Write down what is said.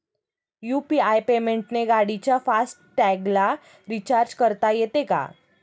UPI पेमेंटने गाडीच्या fast टॅगला रिर्चाज करता येते का?